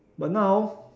but now